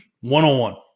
One-on-one